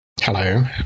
Hello